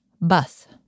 bus